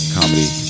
Comedy